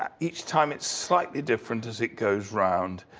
ah each time it's slightly different as it goes around,